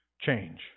change